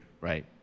right